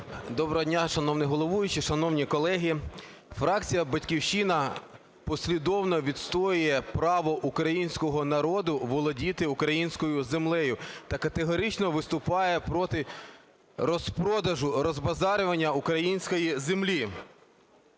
Доброго дня, шановний головуючий, шановні колеги! Фракція "Батьківщина" послідовно відстоює право українського народу володіти українською землею та категорично виступає проти розпродажу, розбазарювання української землі.